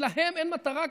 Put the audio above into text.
להם אין מטרה כזאת,